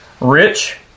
Rich